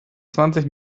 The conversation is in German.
zwanzig